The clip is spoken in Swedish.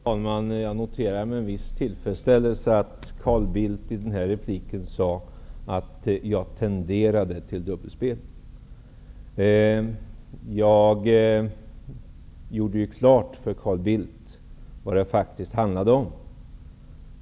Herr talman! Jag noterar med viss tillfredsställelse att statsminister Carl Bildt i sin replik sade att jag tenderar till att spela dubbelspel. Jag gjorde ju klart för statsminister Carl Bildt vad det faktiskt handlade om.